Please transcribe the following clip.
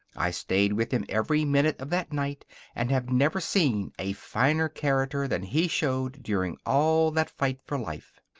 i stayed with him every minute of that night and have never seen a finer character than he showed during all that fight for life.